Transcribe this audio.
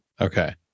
Okay